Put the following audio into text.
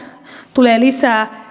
tulee lisää